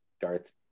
Darth